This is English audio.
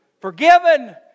forgiven